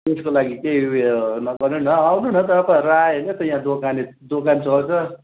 त्यसको लागि चाहिँ उयो नगर्नु न आउनु न तपाईँहरू आए होइन त यहाँ दोकाने दोकान चल्छ